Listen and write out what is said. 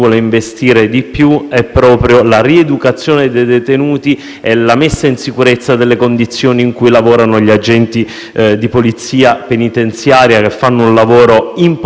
la rieducazione dei detenuti e la messa in sicurezza delle condizioni in cui lavorano gli agenti di polizia penitenziaria, che svolgono un lavoro importantissimo non solo